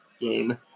game